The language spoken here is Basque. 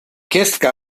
kezka